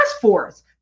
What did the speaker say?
force